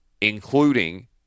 including